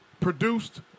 produced